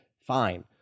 fine